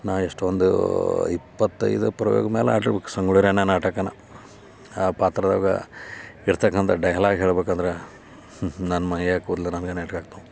ನಾ ಎಷ್ಟೊಂದು ಇಪ್ಪತ್ತೈದು ಪ್ರಯೋಗ ಮೇಲೆ ಆಡಿರ್ಬೇಕು ಸಂಗೊಳ್ಳಿ ರಾಯಣ್ಣ ನಾಟಕನ ಆ ಪಾತ್ರದಾಗ ಇರತಕ್ಕಂಥ ಡೈಲಾಗ್ ಹೇಳ್ಬೇಕಂದ್ರೆ ನನ್ನ ಮೈಯಾಗ ಕೂದಲು ಹಂಗ ನೆಟ್ಗೆ ಆಗ್ತಾವೆ